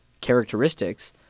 characteristics